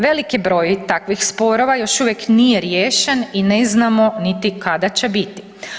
Veliki broj takvih sporova još uvijek nije riješen i ne znamo kada će biti.